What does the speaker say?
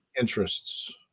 interests